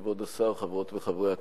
תודה רבה, כבוד השר, חברות וחברי הכנסת,